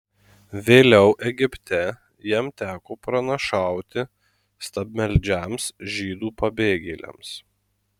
vėliau egipte jam teko pranašauti stabmeldžiams žydų pabėgėliams